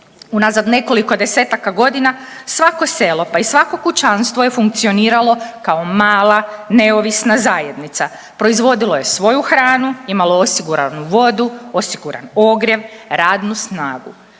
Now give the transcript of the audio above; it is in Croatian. Unazad nekoliko desetaka godina svako selo pa i svako kućanstvo je funkcioniralo kao mala neovisna zajednica, proizvodilo je svoju hranu, imalo osigurano vodu, osiguran ogrijev, radnu snagu.